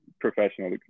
professional